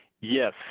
Yes